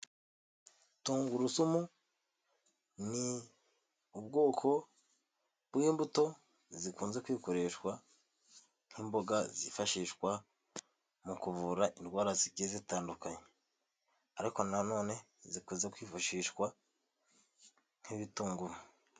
Tungurusumu ni ubwoko bw'imbuto zikunze kwikoreshwa nk'imboga zifashishwa mu kuvura indwara zigiye zitandukanye ariko nanone zikunze kwifashishwa nk'ibitunguru.